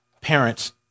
Parents